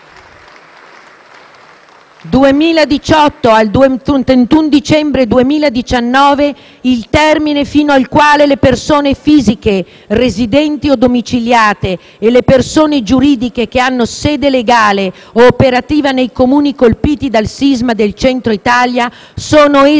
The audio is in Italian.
2018 al 31 dicembre 2019 il termine fino al quale le persone fisiche residenti o domiciliate e le persone giuridiche che hanno sede legale o operativa nei comuni colpiti dal sisma del centro Italia sono esentate